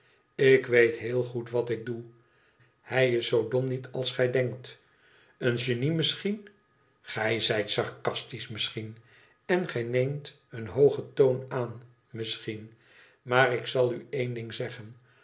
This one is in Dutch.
ik weet heel oed wat ik doe hij is zoo dom niet als gij denkt len genie misschien gij zijt sarcastisch misschien en gij neemt een hoogen toon aan misschien maar ik zal u één ding zeggen